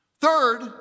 Third